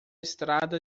estrada